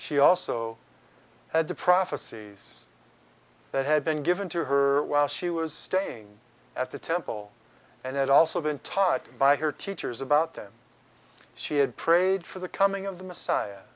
she also had the prophecies that had been given to her while she was staying at the temple and had also been taught by her teachers about them she had prayed for the coming of the messiah